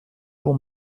bon